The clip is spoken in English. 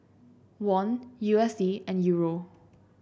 Won U S D and Euro